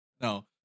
No